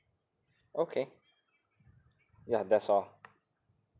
okay ya that's all